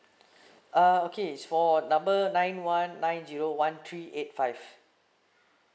uh okay it's for number nine one nine zero one three eight five